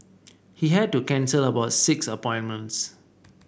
he had to cancel about six appointments